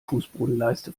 fußbodenleiste